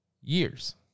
years